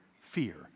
fear